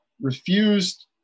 refused